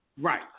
Right